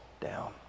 down